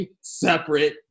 separate